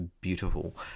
Beautiful